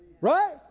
Right